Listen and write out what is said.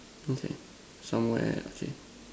okay somewhere okay